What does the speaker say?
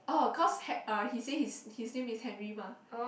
oh cause he say his his name is Henry mah